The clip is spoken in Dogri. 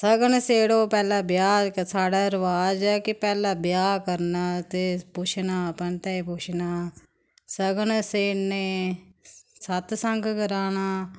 सगन सेड़ो ब्याह् आह्ले पैह्ले साढ़ा रबाज ऐ कि पैह्ले ब्याह करना ते पुच्छना पंतै गी पुच्छना सगन सेड़ने सत्संग कराना